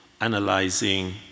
analyzing